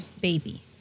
baby